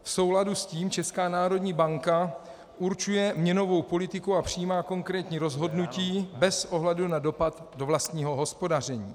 V souladu s tím Česká národní banka určuje měnovou politiku a přijímá konkrétní rozhodnutí bez ohledu na dopad do vlastního hospodaření.